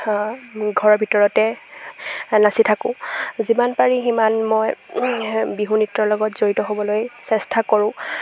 ঘৰৰ ভিতৰতে নাচি থাকোঁ যিমান পাৰি সিমান মই বিহু নৃত্যৰ লগত জড়িত হ'বলৈ চেষ্টা কৰোঁ